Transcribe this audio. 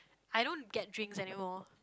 I don't get drinks anymore